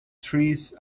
trees